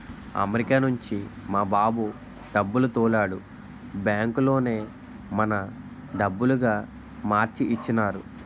America నుంచి మా బాబు డబ్బులు తోలాడు బ్యాంకులోనే మన డబ్బులుగా మార్చి ఇచ్చినారు